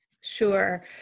Sure